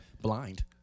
blind